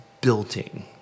building